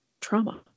trauma